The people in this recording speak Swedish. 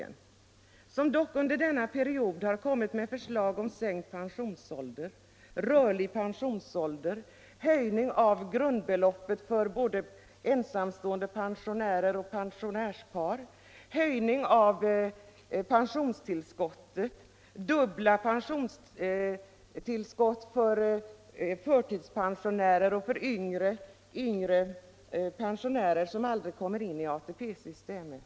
Den har dock under denna period kommit med förslag om sänkt pensionsålder, rörlig pensionsålder, höjning av basbeloppet för både ensamstående pensionärer och pensionärspar, höjning av pensionstillskottet samt dubbla pensionstillskott för förtidspensionärer och för yngre pensionärer som aldrig kommer in i ATP systemet.